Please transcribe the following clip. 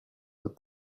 what